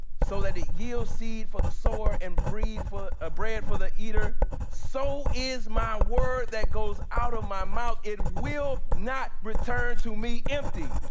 so that it yields for the sower and bread for ah bread for the eater, so is my word that goes out of my mouth. it will not return to me empty,